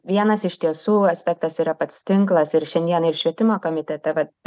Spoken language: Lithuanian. vienas iš tiesų aspektas yra pats tinklas ir šiandien ir švietimo komitete vat